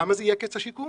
למה זה יהיה קץ השיקום?